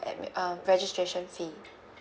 admin~ um registration fee